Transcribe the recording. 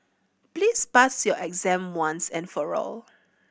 please pass your exam once and for all